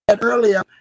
earlier